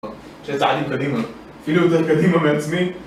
שני צעדים קדימה, אפילו יותר קדימה מעצמי